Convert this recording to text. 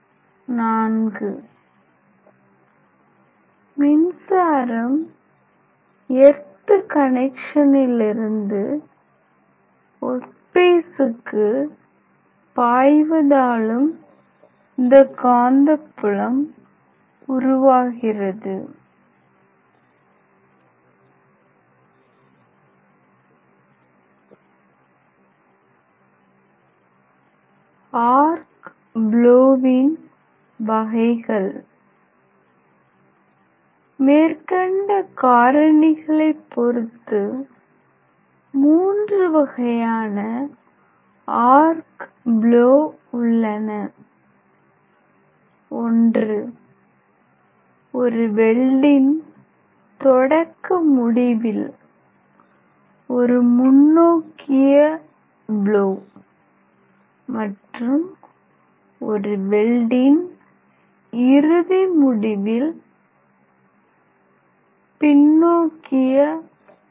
iv மின்சாரம் earth கனெக்சனிலிருந்து work பீஸுக்கு பாய்வதாலும் இந்த காந்தப்புலம் உருவாகிறது ஆர்க் ப்லோவின் வகைகள் மேற்கண்ட காரணிகளைப் பொறுத்து மூன்று வகையான ஆர்க் ப்லோ உள்ளன ஒரு வெல்டின் தொடக்க முடிவில் ஒரு முன்னோக்கிய ப்லோ மற்றும் ஒரு வெல்டின் இறுதி முடிவில் பின்னோக்கிய ப்லோ